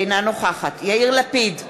אינה נוכחת יאיר לפיד,